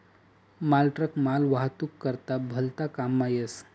मालट्रक मालवाहतूक करता भलता काममा येस